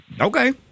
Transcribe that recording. Okay